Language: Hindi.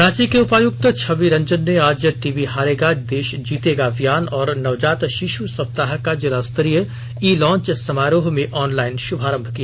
रांची के उपायुक्त छबि रंजन ने आज टीबी हारेगा देश जीतेगा अभियान और नवजात शिशु सप्ताह का जिला स्तरीय इ लॉन्च समारोह में ऑनलाइन शुभारंभ किया